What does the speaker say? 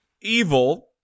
evil